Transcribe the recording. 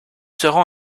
saurons